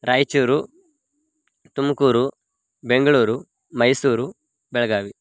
Raichur Tumkur Bengaluru Mysuru Belagavi